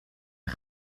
een